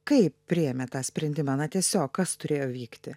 kaip priėmėt tą sprendimą na tiesiog kas turėjo vykti